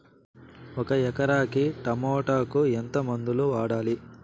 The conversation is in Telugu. ఒక ఎకరాకి టమోటా కు ఎంత మందులు వాడాలి?